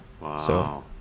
Wow